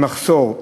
ממחסור,